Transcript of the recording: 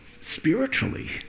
spiritually